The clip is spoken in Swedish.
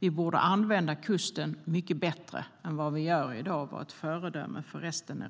Vi borde använda kusten mycket bättre än vad vi gör i dag och vara ett föredöme för resten